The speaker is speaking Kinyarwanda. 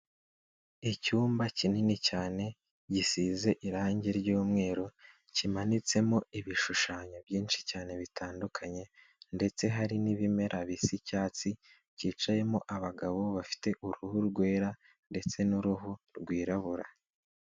Icyumba kinini cyane gisize irange ry'umweru, kimanitsemo ibishushanyo byinshi cyane bitandukanye ndetse hari n'ibimera bisa icyatsi byicayemo abagabo bafite uruhu rwera ndetse n'uruhu rwirabura.